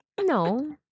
No